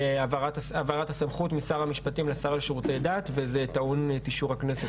העברת הסמכות משר המשפטים לשר לשירותי דת וזה טעון את אישור הכנסת.